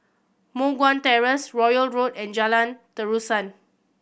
Moh Guan Terrace Royal Road and Jalan Terusan